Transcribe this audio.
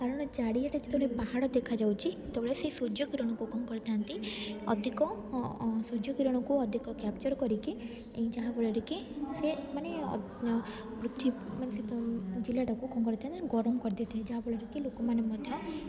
କାରଣ ଚାରିଆଡ଼େ ଯେତେବେଳେ ପାହାଡ଼ ଦେଖାଯାଉଛି ସେତେବେଳେ ସେ ସୂର୍ଯ୍ୟକୀରଣକୁ କଣ କରିଥାନ୍ତି ଅଧିକ ସୂର୍ଯ୍ୟକୀରଣକୁ ଅଧିକ କ୍ୟାପ୍ଚର କରିକି ଯାହାଫଳରେ କି ସେ ମାନେ ପୃଥିବୀ ମାନେ ସେ ଜିଲ୍ଲାଟାକୁ କ'ଣ କରିଥାନ୍ତି ଗରମ କରିଦେଇଥାଏ ଯାହାଫଳରେ କି ଲୋକମାନେ ମଧ୍ୟ